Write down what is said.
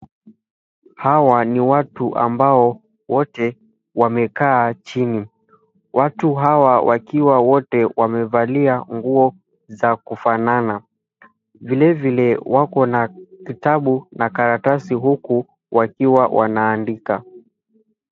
Hawa ni watu ambao wote wamekaa chini. Watu hawa wakiwa wote wamevaa nguo za kufanana. Vilevile wako na kitabu na karatasi wakiwa wana andika.